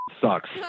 sucks